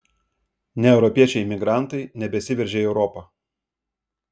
ne europiečiai imigrantai nebesiveržia į europą